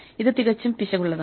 ഇത് തികച്ചും പിശകുള്ളതാണ്